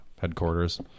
headquarters